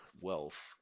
wealth